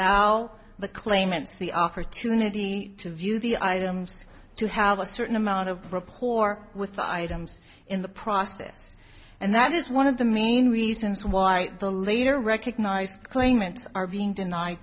allow the claimants the opportunity to view the items to have a certain amount of report with the items in the process and that is one of the mean reasons why the later recognized claimants are being denied